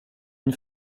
une